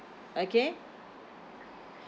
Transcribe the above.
okay